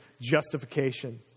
justification